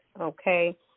okay